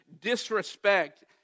disrespect